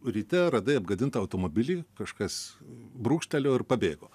ryte radai apgadintą automobilį kažkas brūkštelėjo ir pabėgo